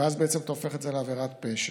ואז אתה הופך את זה לעבירת פשע.